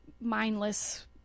mindless